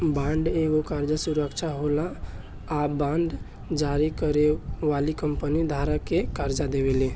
bond एगो कर्जा सुरक्षा होला आ बांड जारी करे वाली कंपनी धारक के कर्जा देवेले